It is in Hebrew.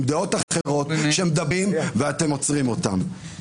דעות אחרות שמדברים ואתם עוצרים אותם.